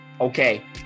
okay